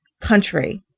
country